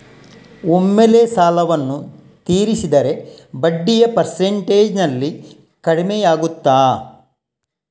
ಒಮ್ಮೆಲೇ ಸಾಲವನ್ನು ತೀರಿಸಿದರೆ ಬಡ್ಡಿಯ ಪರ್ಸೆಂಟೇಜ್ನಲ್ಲಿ ಕಡಿಮೆಯಾಗುತ್ತಾ?